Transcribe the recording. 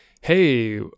Hey